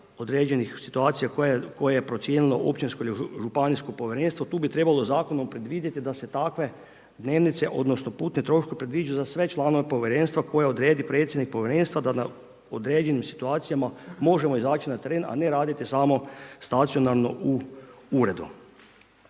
određenih situacija koje je procijenilo općinsko ili županijsko povjerenstvo, tu bi trebalo zakonom predvidjeti da se takve dnevnice odnosno putni troškovi predviđeni za sve članovi povjerenstva koje odredi predsjednik povjerenstva da u određenim situacijama možemo izaći na teren a ne raditi samo stacionarno u uredu.